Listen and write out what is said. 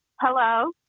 Hello